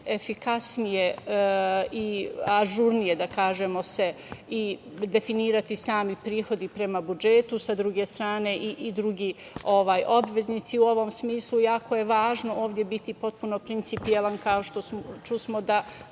efikasnije i ažurnije, da kažemo, se i definisati sami prihodi prema budžetu, sa druge strane i drugi obveznici u ovom smislu. Jako je važno ovde biti potpuno principijelan, kao što smo čuli